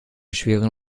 schweren